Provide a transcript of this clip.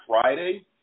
Friday